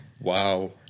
Wow